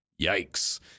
Yikes